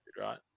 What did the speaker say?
right